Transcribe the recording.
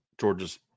Georgia's